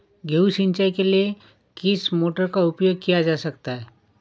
गेहूँ सिंचाई के लिए किस मोटर का उपयोग किया जा सकता है?